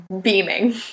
beaming